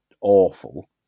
awful